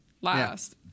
last